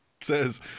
Says